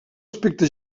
aspecte